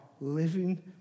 living